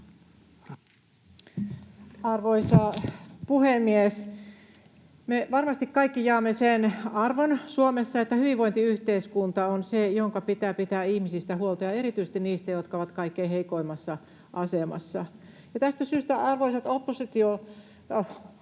Arvoisa puhemies! Me varmasti kaikki jaamme sen arvon Suomessa, että hyvinvointiyhteiskunta on se, jonka pitää pitää ihmisistä huolta ja erityisesti niistä, jotka ovat kaikkein heikoimmassa asemassa. Ja tästä syystä, arvoisat opposition...